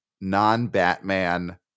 non-batman